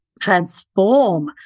transform